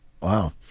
Wow